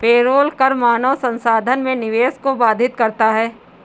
payroll कर मानव संसाधन में निवेश को बाधित करता है